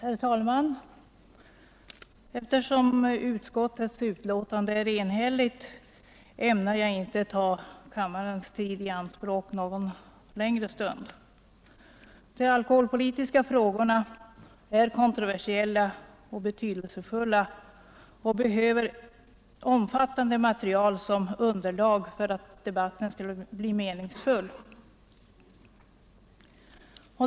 Herr talman! Eftersom utskottets betänkande är enhälligt ämnar jag inte ta kammarledamöternas tid i anspråk någon längre stund. De alkoholpolitiska frågorna är kontroversiella och betydelsefulla, och det behövs ett omfattande underlagsmaterial för att debatten om dessa skulle bli meningsfull.